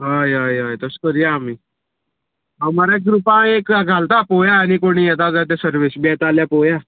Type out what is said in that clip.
हय हय हय तशे करया आमी हांव मरे ग्रुपा एक घालता पोया आनी कोण येता जाल्या ते सर्वेश बी येता जाल्या पोया